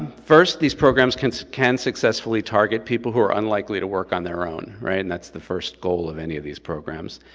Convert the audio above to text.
first, these programs can so can successfully target people who are unlikely to work on their own, and that's the first goal of any of these programs.